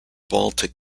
baltic